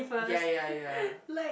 ya ya ya